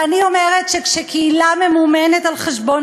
ואני אומרת שכשקהילה ממומנת על חשבון